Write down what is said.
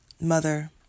mother